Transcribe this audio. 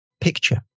picture